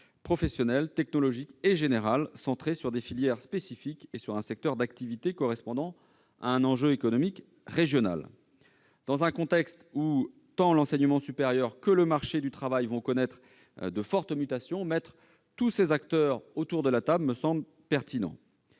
professionnelles, technologiques et générales, centrées sur des filières spécifiques et sur un secteur d'activité correspondant à un enjeu économique régional. Dans un contexte où tant l'enseignement supérieur que le marché du travail vont connaître d'importantes mutations, mettre tous ces acteurs autour de la table me semble pertinent.